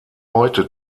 heute